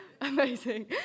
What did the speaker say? Amazing